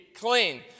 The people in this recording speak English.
clean